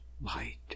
light